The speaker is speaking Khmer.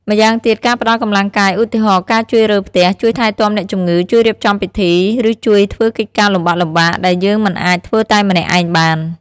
ម្យ៉ាងទៀត ការផ្តល់កម្លាំងកាយ ឧទាហរណ៍ ការជួយរើផ្ទះ ជួយថែទាំអ្នកជំងឺ ជួយរៀបចំពិធី ឬជួយធ្វើកិច្ចការលំបាកៗ ដែលយើងមិនអាចធ្វើតែម្នាក់ឯងបាន។